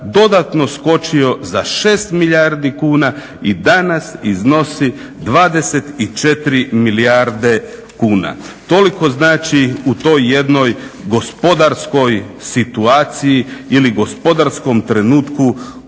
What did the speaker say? dodatno skočio za 6 milijardi kuna i danas iznosi 24 milijarde kuna. Toliko znači u toj jednoj gospodarskoj situaciji ili gospodarskom trenutku